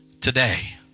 today